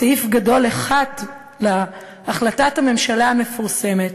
בסעיף גדול 1 להחלטת הממשלה המפורסמת,